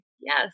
Yes